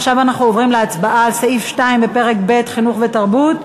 עכשיו אנחנו עוברים להצבעה על סעיף 2 בפרק ב': חינוך ותרבות,